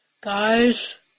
Guys